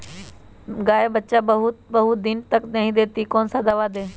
गाय बच्चा बहुत बहुत दिन तक नहीं देती कौन सा दवा दे?